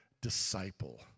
disciple